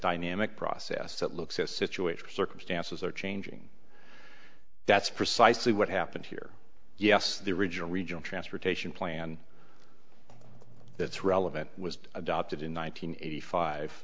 dynamic process that looks at situations circumstances are changing that's precisely what happened here yes the original regional transportation plan that's relevant was adopted in one nine hundred eighty five